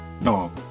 no